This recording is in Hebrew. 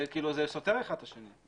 זה סותר אחד את השני.